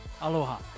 aloha